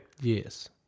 Yes